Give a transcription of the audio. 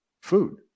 food